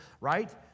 right